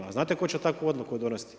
A znate tko će takvu odluku donositi?